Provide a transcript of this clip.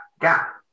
gap